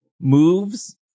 moves